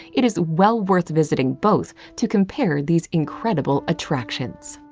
it is well worth visiting both to compare these incredible attractions.